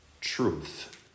Truth